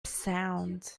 sound